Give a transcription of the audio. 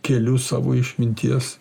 keliu savo išminties